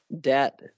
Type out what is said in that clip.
debt